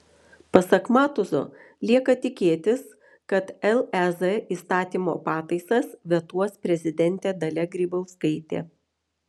pasak matuzo lieka tikėtis kad lez įstatymo pataisas vetuos prezidentė dalia grybauskaitė